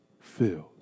Filled